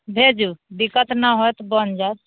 भेजू दिक्कत नहि हैत बनि जाइत